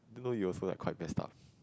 didn't know you were also like quite messed up